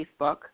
Facebook